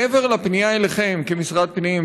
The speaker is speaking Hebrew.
מעבר לפנייה אליכם כמשרד הפנים,